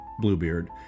Bluebeard